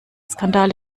skandal